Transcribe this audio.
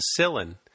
penicillin